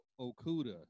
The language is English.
Okuda